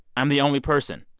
i'm the only person.